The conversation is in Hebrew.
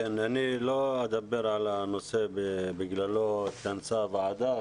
אני לא אדבר על הנושא שלשמו התכנסה הוועדה,